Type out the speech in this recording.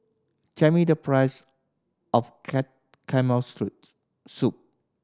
tell me the price of soup